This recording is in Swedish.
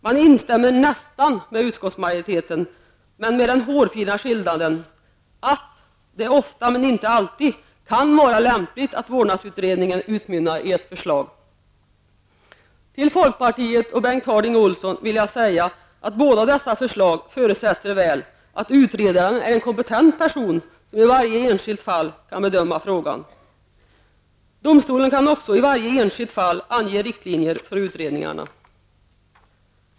Man instämmer nästan med utskottsmajoriteten, men med den hårfina skillnaden att det ofta, men inte alltid, kan vara lämpligt att vårdnadsutredningen utmynnar i ett förslag. Till folkpartiet och Bengt Harding Olson vill jag säga att båda dessa förslag förutsätter väl att utredaren är en kompetent person som i varje enskilt fall kan bedöma frågan. Domstolen kan också i varje enskilt fall ange riktlinjer för utredningarna.